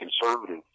conservative